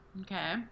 Okay